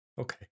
Okay